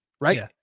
right